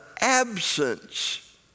absence